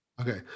Okay